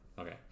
Okay